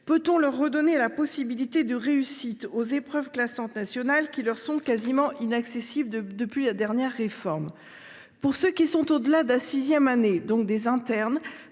Peut on leur redonner une possibilité de réussite aux épreuves classantes nationales, qui leur sont quasiment inaccessibles depuis la dernière réforme ? Pour ceux qui sont au delà de la sixième année, donc les internes,